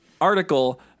article